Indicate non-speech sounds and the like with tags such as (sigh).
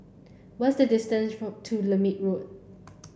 what's the distance (unintelligible) to Lermit Road